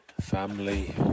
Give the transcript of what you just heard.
family